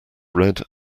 red